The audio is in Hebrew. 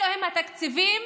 אלו התקציבים